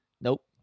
Nope